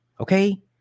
Okay